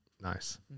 nice